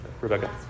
Rebecca